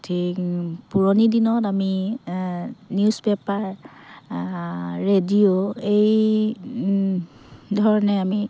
ঠিক পুৰণি দিনত আমি নিউজ পেপাৰ ৰেডিঅ' এই ধৰণে আমি